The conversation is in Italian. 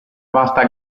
vasta